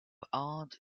art